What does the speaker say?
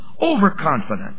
overconfident